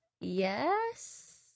Yes